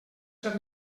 ser